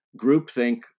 groupthink